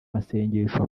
masengesho